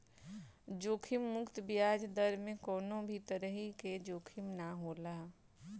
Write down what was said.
जोखिम मुक्त बियाज दर में कवनो भी तरही कअ जोखिम ना होला